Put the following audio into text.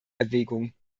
erwägung